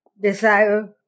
desire